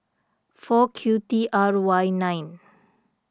four Q T R Y nine